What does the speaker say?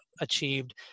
achieved